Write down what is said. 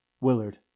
Willard